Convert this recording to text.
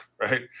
right